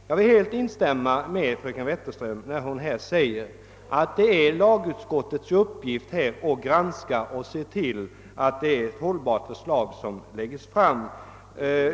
Jag vill helt instämma i vad fröken Wetterström säger om att det är lagutskottets uppgift att kontrollera att det förslag som läggs fram är hållbart.